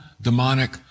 demonic